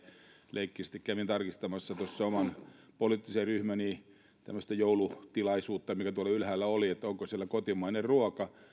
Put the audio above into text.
leikkisästi kävin tarkistamassa tuossa oman poliittisen ryhmäni tämmöisessä joulutilaisuudessa mikä tuolla ylhäällä oli että onko siellä kotimainen ruoka